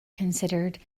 considered